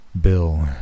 Bill